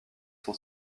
son